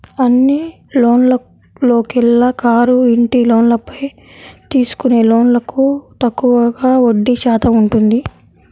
అన్ని లోన్లలోకెల్లా కారు, ఇంటి లోన్లపై తీసుకునే లోన్లకు తక్కువగా వడ్డీ శాతం ఉంటుంది